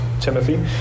Timothy